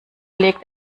legt